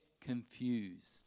confused